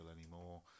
anymore